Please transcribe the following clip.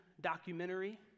documentary